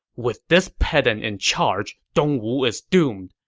with this pedant in charge, dongwu is doomed.